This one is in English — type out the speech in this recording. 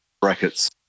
Brackets